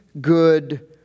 good